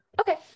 Okay